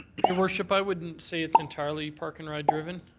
your worship, i wouldn't say it's entirely park-and-ride driven.